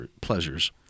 pleasures